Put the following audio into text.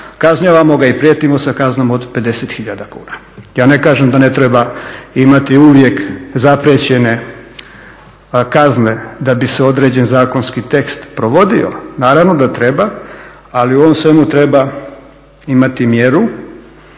kažnjavamo ga i prijetimo kaznom od 50 tisuća kuna. Ja ne kažem da ne treba imati uvijek zaprijećene kazne da bi se određeni zakonski tekst provodio, naravno da treba, ali u ovom svemu treba imati mjeru